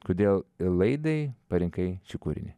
kodėl laidai parinkai šį kūrinį